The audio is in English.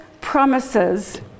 promises